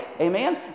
Amen